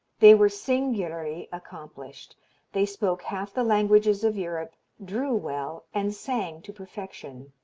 they were singularly accomplished they spoke half the languages of europe, drew well, and sang to perfection.